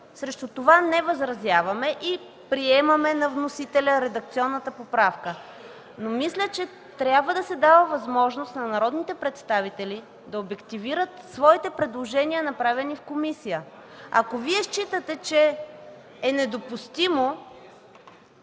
Срещу това не възразяваме и приемаме редакционната поправка на вносителя. Но мисля, че трябва да се дава възможност на народните представители да обективират своите предложения, направени в комисията. Ако считате, че е недопустимо